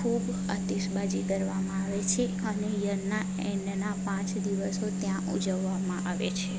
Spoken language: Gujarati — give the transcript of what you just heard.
ખૂબ આતશબાજી કરવામાં આવે છે અને યરના એન્ડના પાંચ દિવસો ત્યાં ઉજવવામાં આવે છે